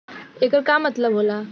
येकर का मतलब होला?